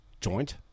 joint